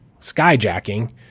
skyjacking